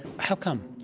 how come?